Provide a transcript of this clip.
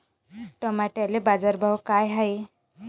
टमाट्याले बाजारभाव काय हाय?